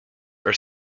are